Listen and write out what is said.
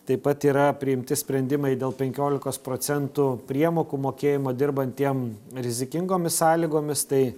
taip pat yra priimti sprendimai dėl penkiolikos procentų priemokų mokėjimo dirbantiem rizikingomis sąlygomis tai